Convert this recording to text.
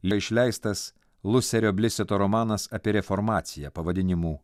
leišleistas luserio bliseto romanas apie reformaciją pavadinimu